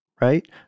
right